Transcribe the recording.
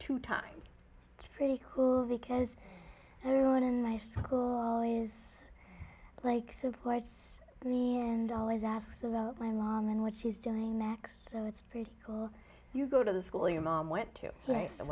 two times it's pretty cool because everyone in my school is like supports me and always asks about my mom and what she's doing next so it's pretty cool you go to the school your mom went to